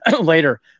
later